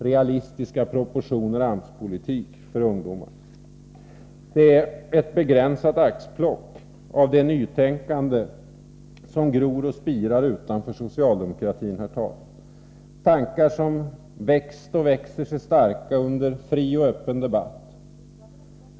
Realistiska proportioner i fråga om AMS-politiken för ungdomar. Detta, herr talman, är ett begränsat axplock beträffande det nytänkande som gror och spirar utanför socialdemokratin. Det är tankar som växt, och som växer sig, starka i en fri och öppen debatt.